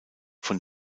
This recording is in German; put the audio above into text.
von